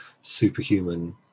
superhuman